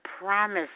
promise